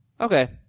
Okay